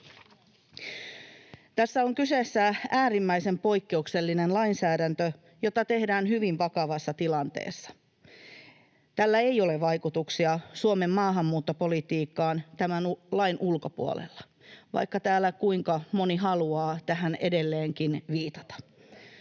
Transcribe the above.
Tässä on kyseessä äärimmäisen poikkeuksellinen lainsäädäntö, jota tehdään hyvin vakavassa tilanteessa. Tällä ei ole vaikutuksia Suomen maahanmuuttopolitiikkaan tämän lain ulkopuolella, vaikka täällä moni haluaa tähän edelleenkin viitata.